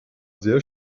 sehr